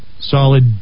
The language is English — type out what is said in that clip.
solid